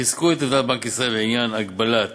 חיזקו את עמדת בנק ישראל בעניין הגבלת